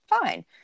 fine